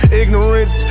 ignorance